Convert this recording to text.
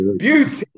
beauty